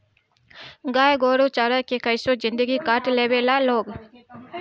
गाय गोरु चारा के कइसो जिन्दगी काट लेवे ला लोग